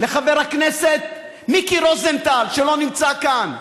לחבר הכנסת מיקי רוזנטל, שלא נמצא כאן.